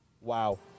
Wow